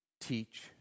teach